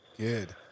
Good